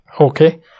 okay